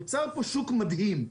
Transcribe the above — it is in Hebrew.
נוצר פה שוק מדהים.